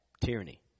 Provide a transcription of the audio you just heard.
tyranny